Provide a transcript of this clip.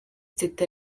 teta